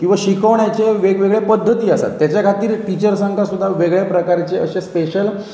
किंवां शिकोवण्याचे वेगवेगळे पद्दती आसात तेज्या खातीर टिचर्सांकां सुद्दा वेगळे प्रकारचे अशे स्पेशल